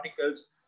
articles